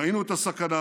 ראינו את הסכנה,